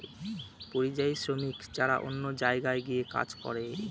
পরিযায়ী শ্রমিক যারা অন্য জায়গায় গিয়ে কাজ করে